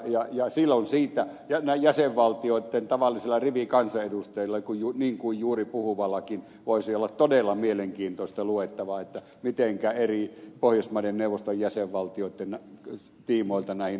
ja silloin jäsenvaltioitten tavallisilla rivikansanedustajilla niin kuin juuri puhuvallakin voisi olla todella mielenkiintoista luettavaa mitenkä eri pohjoismaiden neuvoston jäsenvaltioitten tiimoilta näihin